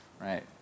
Right